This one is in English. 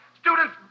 student's